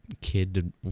kid